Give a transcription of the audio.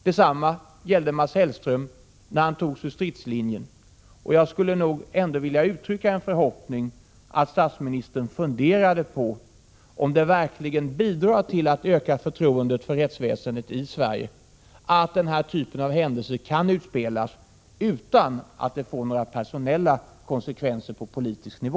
Detsamma gällde Mats Hellström, när han togs ur stridslinjen. Jag skulle nog ändå vilja uttrycka en förhoppning att statsministern funderade på om det verkligen bidrar till att öka förtroendet för rättsväsendet i Sverige att händelser av den här typen kan utspelas utan att det får några personella konsekvenser på politisk nivå.